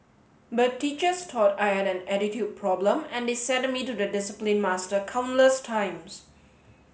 but teachers thought I had an attitude problem and they sent me to the discipline master countless times